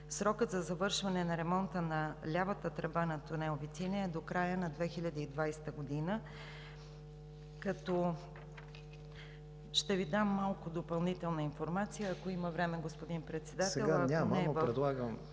Срокът за завършване на ремонта на лявата тръба на тунел „Витиня“ е до края на 2020 г., като ще Ви дам малко допълнителна информация, ако има време, господин Председател.